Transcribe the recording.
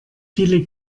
viele